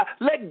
let